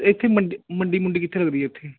ਇੱਥੇ ਮੰਡੀ ਮੰਡੀ ਮੁੰਡੀ ਕਿੱਥੇ ਲੱਗਦੀ ਹੈ ਇੱਥੇ